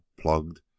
plugged